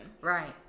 Right